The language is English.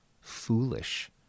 foolish